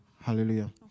Hallelujah